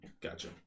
Gotcha